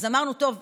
אז אמרנו: טוב,